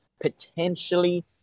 potentially